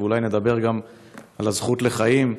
ואולי נדבר גם על הזכות לחיים,